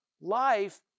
life